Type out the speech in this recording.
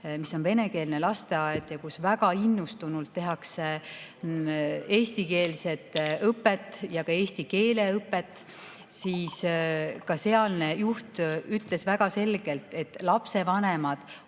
mis on venekeelne lasteaed ja kus väga innustunult tehakse eestikeelset õpet ja ka eesti keele õpet, siis ka sealne juht ütles väga selgelt, et lapsevanemad